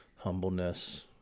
humbleness